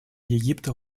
египта